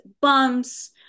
bumps